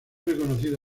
reconocido